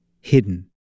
Hidden